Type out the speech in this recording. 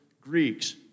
Greeks